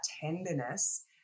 tenderness